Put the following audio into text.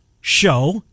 Show